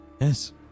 Yes